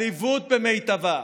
עליבות במיטבה.